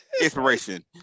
inspiration